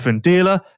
dealer